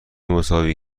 مساوی